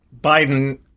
Biden